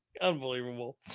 Unbelievable